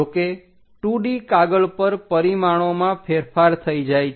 જો કે 2D કાગળ પર પરિમાણોમાં ફેરફાર થઈ જાય છે